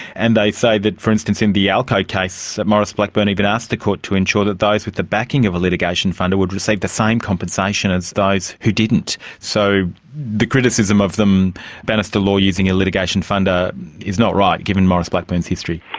and they say that, for instance, in the allco case maurice blackburn even asked the court to ensure that those with the backing of a litigation funder would receive the same compensation as those who didn't. so the criticism of bannister law using a litigation funder is not right, given maurice blackburn's history.